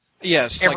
Yes